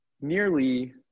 nearly